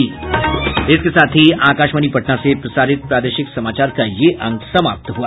इसके साथ ही आकाशवाणी पटना से प्रसारित प्रादेशिक समाचार का ये अंक समाप्त हुआ